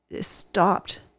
stopped